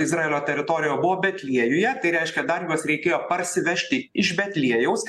izraelio teritorijoj o buvo betliejuje tai reiškia dar juos reikėjo parsivežti iš betliejaus